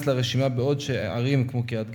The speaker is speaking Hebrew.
ביניהן מבודדות,